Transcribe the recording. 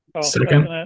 second